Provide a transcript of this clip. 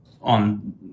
on